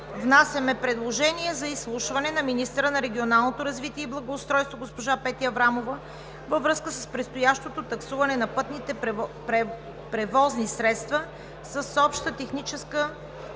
внасяме предложение за изслушване на министъра на регионалното развитие и благоустройството госпожа Петя Аврамова във връзка с предстоящото таксуване на пътните превозни средства с обща технически